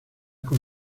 con